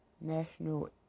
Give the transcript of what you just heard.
National